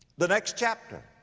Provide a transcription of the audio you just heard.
the next chapter,